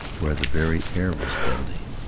where the very air was deadly.